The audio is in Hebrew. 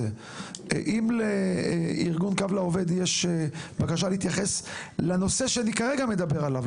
אם לארגון קו לעובד יש בקשה להתייחס לנושא שאני כרגע מדבר עליו,